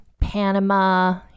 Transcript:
panama